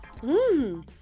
Mmm